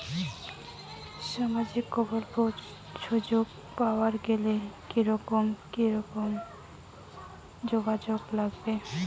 সামাজিক প্রকল্পের সুযোগ পাবার গেলে কি রকম কি রকম যোগ্যতা লাগিবে?